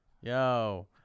Yo